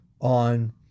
on